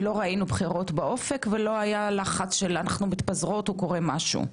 ולא ראינו בחירות באופק ולא היה לחץ של אנחנו מתפזרות או קורה משהו,